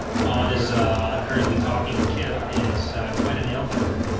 pod is currently talking to kip and it's quite a nail-biter